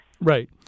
right